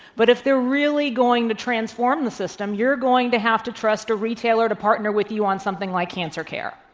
but if they're really going to transform the system, you're going to have to trust a retailer to partner with you on something like cancer care.